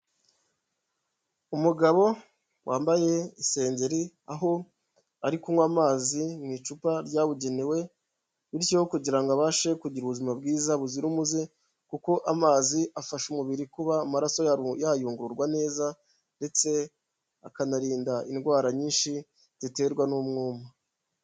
Umugabo wambaye isengeri aho ari kunywa amazi mu icupa ryabugenewe bityo kugira ngo abashe kugira ubuzima bwiza buzira umuze kuko amazi afasha umubiri kuba amaraso yayungurwa neza ndetse akanarinda indwara nyinshi ziterwa n'umwuma.